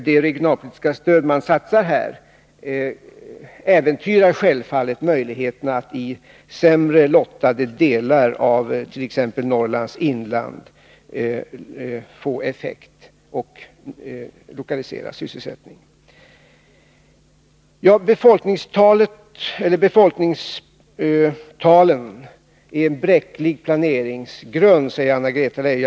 Det regionalpolitiska stöd man eventuellt satsar här äventyrar självfallet möjligheterna att i sämre lottade delar av t.ex. Norrlands inland få effekt av lokaliserade sysselsättningstillfällen. Befolkningstalen är en bräcklig planeringsgrund, säger Anna-Greta Leijon.